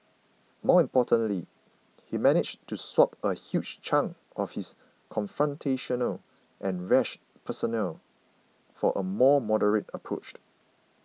more importantly he managed to swap a huge chunk of his confrontational and rash persona for a more moderate approach